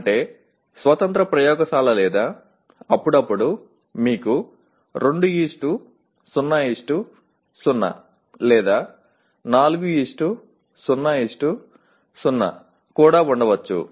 అంటే స్వతంత్ర ప్రయోగశాల లేదా అప్పుడప్పుడు మీకు 200 లేదా 400 కూడా ఉండవచ్చు